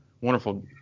wonderful